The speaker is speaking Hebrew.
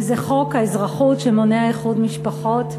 וזה חוק האזרחות שמונע איחוד משפחות.